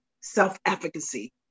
self-efficacy